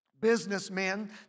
businessmen